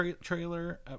trailer